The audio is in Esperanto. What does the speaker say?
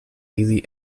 ili